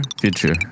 Future